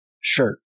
shirt